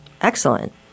Excellent